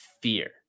fear